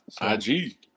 IG